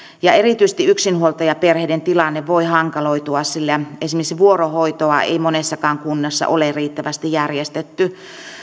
erityisesti yksinhuoltajaperheiden tilanne voi hankaloitua sillä esimerkiksi vuorohoitoa ei monessakaan kunnassa ole riittävästi järjestetty